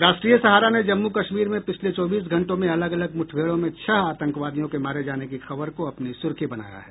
राष्ट्रीय सहारा ने जम्मू कश्मीर में पिछले चौबीस घंटों में अलग अलग मूठभेड़ों में छह आतंकवादियों के मारे जाने की खबर को अपनी सुर्खी बनाया है